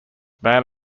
man